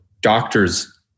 doctors